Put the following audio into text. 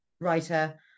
writer